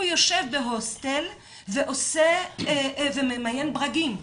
הוא יושב בהוסטל וממיין ברגים,